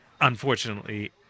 unfortunately